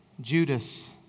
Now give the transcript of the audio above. Judas